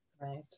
Right